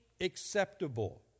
acceptable